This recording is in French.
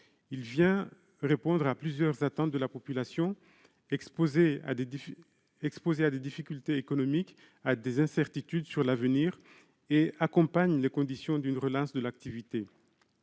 Il vient répondre à plusieurs attentes de la population, exposée à des difficultés économiques et à des incertitudes sur l'avenir, et accompagne les conditions d'une relance de l'activité.